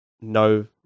no